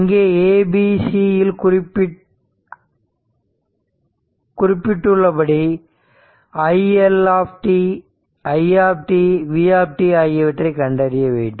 இங்கே abc இல் குறிப்பிட்டுள்ளபடி i L i v ஆகியவற்றை கண்டறிய வேண்டும்